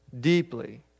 deeply